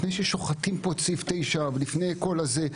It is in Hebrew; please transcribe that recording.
לפני ששוחטים פה את סעיף 9 ולפני כל הזה,